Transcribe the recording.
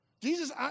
Jesus